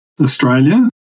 Australia